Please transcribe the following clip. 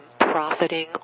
profiting